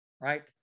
Right